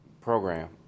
program